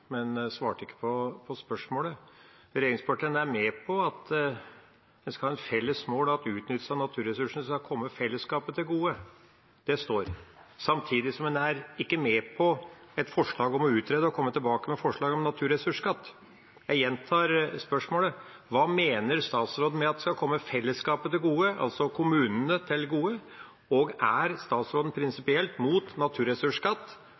men han svarte ikke på spørsmålet. Regjeringspartiene er med på at en skal ha som felles mål at utnyttelse av naturressursene skal komme fellesskapet til gode – det står – samtidig som en ikke er med på et forslag om å utrede og komme tilbake med forslag om en naturressursskatt. Jeg gjentar spørsmålet: Hva mener statsråden med at det skal komme fellesskapet, altså kommunene, til gode? Og er statsråden prinsipielt imot en naturressursskatt